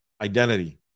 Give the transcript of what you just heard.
Identity